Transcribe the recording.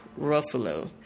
Ruffalo